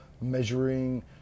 measuring